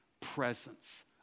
presence